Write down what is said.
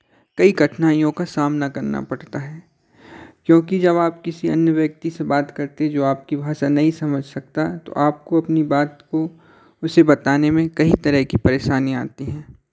कई कठिनाईयों का सामना करना पड़ता है क्योंकि जब आप किसी अन्य व्यक्ति से बात करते जो आपकी भाषा नहीं समझ सकता तो आपको अपनी बात को उसे बताने में कई तरह की परेशानियाँ आती हैं